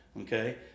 Okay